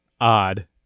odd